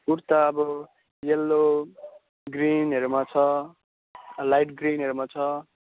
कुर्ता अब यल्लो ग्रिनहरूमा छ लाइट ग्रिनहरूमा छ